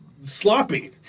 sloppy